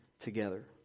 together